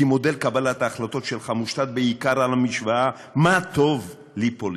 כי מודל קבלת ההחלטות שלך מושתת בעיקר על המשוואה "מה טוב לי פוליטית",